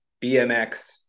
BMX